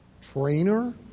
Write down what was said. trainer